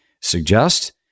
suggest